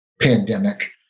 pandemic